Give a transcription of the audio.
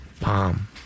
palm